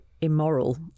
immoral